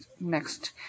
next